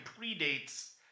predates